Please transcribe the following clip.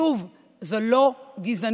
שוב, זו לא גזענות.